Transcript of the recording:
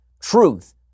truth